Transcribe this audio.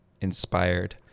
inspired